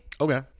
Okay